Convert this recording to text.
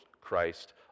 Christ